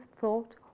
thought